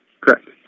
Correct